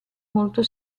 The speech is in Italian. molto